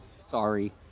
Sorry